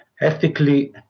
ethically